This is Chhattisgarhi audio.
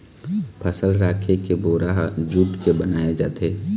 फसल राखे के बोरा ह जूट के बनाए जाथे